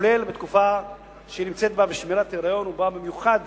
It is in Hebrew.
כולל בתקופה שהיא נמצאת בה בשמירת היריון ובאה במיוחד